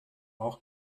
auch